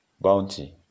bounty